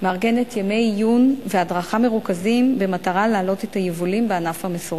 מארגנת ימי עיון והדרכה מרוכזים במטרה להעלות את היבולים בענף המסורתי.